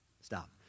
Stop